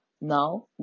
Now